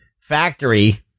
factory